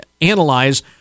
analyze